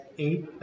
eight